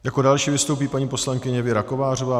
Jako další vystoupí paní poslankyně Věra Kovářová.